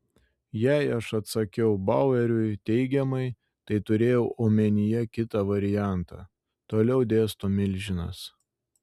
jei aš atsakiau baueriui teigiamai tai turėjau omenyje kitą variantą toliau dėsto milžinas